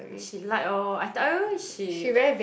she like oh I tell you she